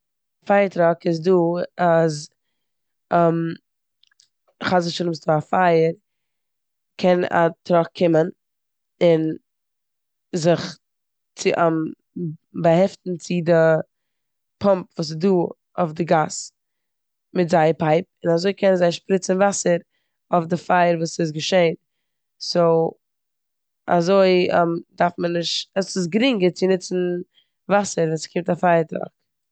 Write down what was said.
פייער טראק איז דא אז חס ושלום ס'דא א פייער קען א טראק קומען און זיך צו- באהעפטן צו די פאמפ וואס איז דא אויף די גאס מיט זייער פייפ און אזוי קענען זיי שפריצן וואסער אויף די פייער וואס איז געשען סאו אזוי דארף מען נישט- ס'איז גרינגער צו נוצן וואסער ווען ס'קומט א פייער טראק.